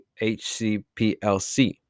HCPLC